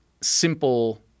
simple